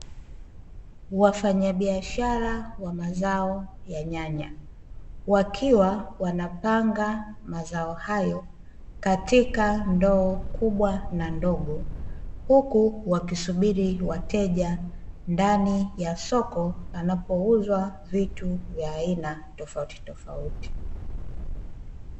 Wafanyabiashara wa mazao ya nyanya, wakiwa wanapanga mazao hayo katika ndoo kubwa na ndogo, huku wakisubiri wateja ndani ya soko panapouzwa vitu vya aina tofauti tofauti.